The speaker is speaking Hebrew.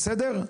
בסדר?